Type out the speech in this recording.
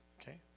Okay